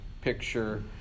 picture